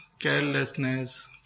carelessness